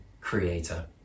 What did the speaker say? creator